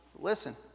Listen